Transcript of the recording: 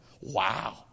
Wow